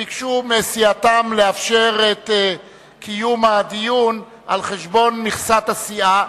ביקשו מסיעתם לאפשר את קיום הדיון על חשבון מכסת הסיעה,